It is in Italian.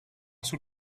sul